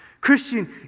Christian